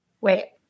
Wait